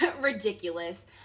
ridiculous